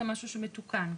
זה משהו שמתוקן כבר.